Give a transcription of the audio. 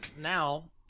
now